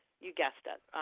you guessed it.